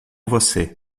você